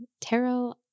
Tarot